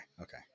okay